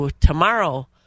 tomorrow